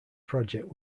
project